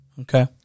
Okay